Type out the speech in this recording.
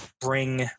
bring